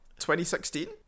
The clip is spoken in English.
2016